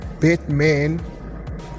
Batman